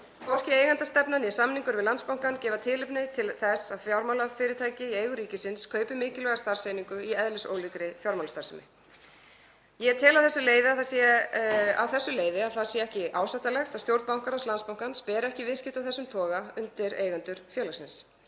Hvorki eigendastefna né samningur við Landsbankann gefa tilefni til þess að fjármálafyrirtæki í eigu ríkisins kaupi mikilvæga starfseiningu í eðlisólíkri fjármálastarfsemi. Ég tel að það leiði af þessu að ekki sé ásættanlegt að stjórn bankaráðs Landsbankans beri ekki viðskipti af þessum toga undir eigendur félagsins,